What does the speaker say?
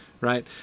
right